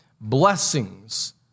blessings